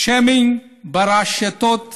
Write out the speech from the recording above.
שיימינג ברשתות החברתיות.